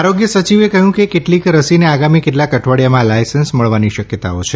આરોગ્ય સયિવે કહ્યું કે કેટલીક રસીને આગામી કેટલાક અઠવાડીયામાં લાયસન્સ મળવાની શકથતાઓ છે